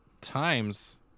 times